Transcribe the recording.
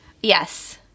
Yes